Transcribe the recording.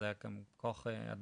אז היה גם חוסר בכוח אדם,